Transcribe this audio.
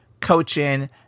coaching